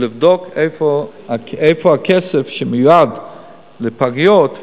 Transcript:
יבדוק איפה הכסף שמיועד לפגיות,